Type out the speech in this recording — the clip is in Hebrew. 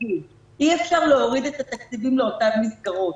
אי אפשר להוריד את התקציבים לאותן מסגרות.